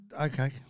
okay